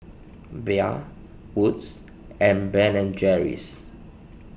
Bia Wood's and Ben and Jerry's